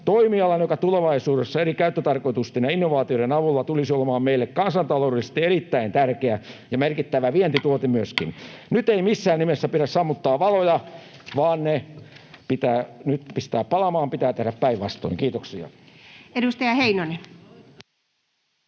toimialan, joka tulevaisuudessa eri käyttötarkoitusten ja innovaatioiden avulla tulisi olemaan meille kansantaloudellisesti erittäin tärkeä ja merkittävä vientituote myöskin. Nyt ei missään nimessä pidä sammuttaa valoja, vaan ne pitää nyt pistää palamaan, pitää tehdä päinvastoin. — Kiitoksia. [Speech